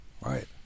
Right